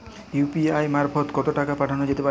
UPI মারফত কত টাকা পাঠানো যেতে পারে?